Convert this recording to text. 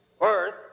earth